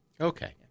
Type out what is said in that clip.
Okay